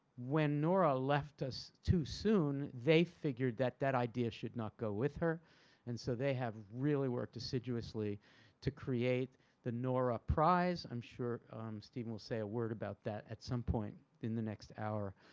when nora left us too soon, they figured that that idea should not go with her and so they have really worked assiduously to create the nora prize. i'm sure stephen will say a word about that at some point in the next hour